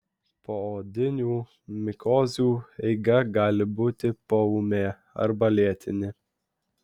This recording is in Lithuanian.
poodinių mikozių eiga gali būti poūmė arba lėtinė